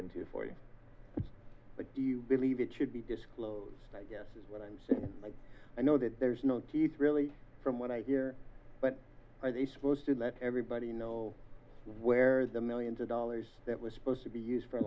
into for you but do you believe it should be disclosed i guess is what i'm saying i know that there's no teeth really from what i hear but i they supposed to let everybody know where the millions of dollars that was supposed to be used for